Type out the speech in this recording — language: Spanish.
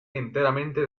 enteramente